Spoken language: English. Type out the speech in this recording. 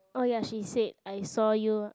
oh ya she said I saw you